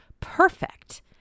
perfect